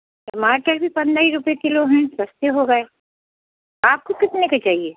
टमाटर भी पन्द्राह ही रुपए किलो हैं सस्ते हो गए आपको कितने के चाहिए